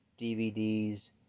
DVDs